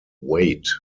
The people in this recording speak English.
weight